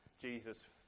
Jesus